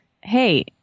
hey